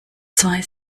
zwei